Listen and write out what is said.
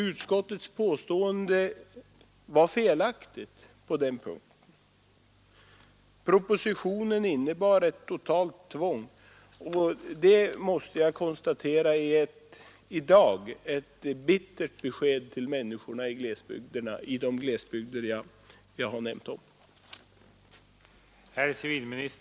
Utskottets p den punkten. Propositionen innebar ett totalt tvång, och det måste jag konstatera i dag är ett bittert besked till människorna i de glesbygder jag har nämnt.